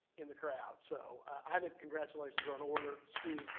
in the crowd. so i think congratulations are in order